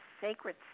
sacred